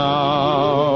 now